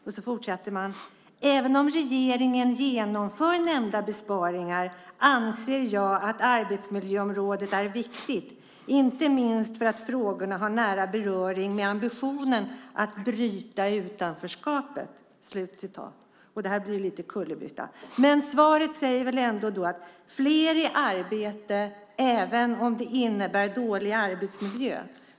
Vidare står det: Även om regeringen genomför nämnda besparingar anser jag att arbetsmiljöområdet är viktigt, inte minst för att frågorna har nära beröring med ambitionen att bryta utanförskapet. Det blir ju lite kullerbytta, men svaret säger väl ändå: fler i arbete, även om det innebär dålig arbetsmiljö.